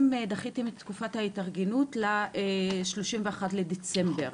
דחיתם את תקופת ההתארגנות ל-31 לדצמבר.